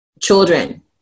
children